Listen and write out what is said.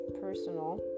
personal